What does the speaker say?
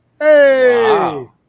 Hey